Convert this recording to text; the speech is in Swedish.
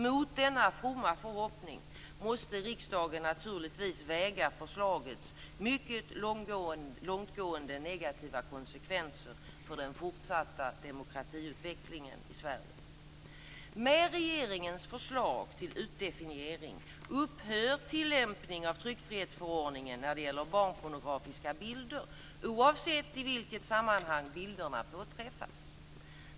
Mot denna fromma förhoppning måste riksdagen naturligtvis väga förslagets mycket långtgående negativa konsekvenser för den fortsatta demokratiutvecklingen i Sverige. Med regeringens förslag till utdefiniering upphör tillämpning av tryckfrihetsförordningen när det gäller barnpornografiska bilder oavsett i vilket sammanhang bilderna påträffas.